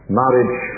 marriage